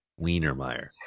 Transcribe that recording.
Wienermeyer